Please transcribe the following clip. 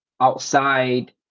outside